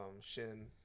Shin